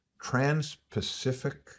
Trans-Pacific